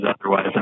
otherwise